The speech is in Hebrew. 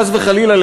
חס וחלילה,